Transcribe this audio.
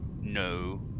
no